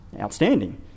outstanding